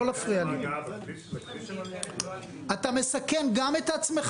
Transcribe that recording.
לא להפריע לי אתה מסכן גם את עצמך